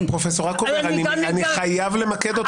אני חייב למקד אותך.